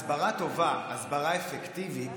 הסברה טובה, הסברה אפקטיבית,